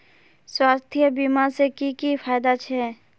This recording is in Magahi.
स्वास्थ्य बीमा से की की फायदा छे?